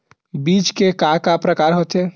बीज के का का प्रकार होथे?